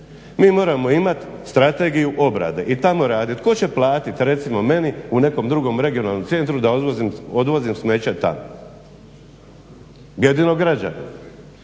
Mi moramo imati strategiju obrade i tamo raditi, ko će platit recimo meni u nekom drugom regionalnom centru da odvozim smeće tamo, jedino građani.